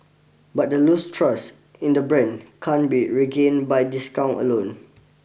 but the lose trust in the brand can't be regained by discount alone